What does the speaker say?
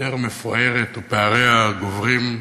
יותר מפוערת, ופעריה גדולים,